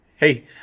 Hey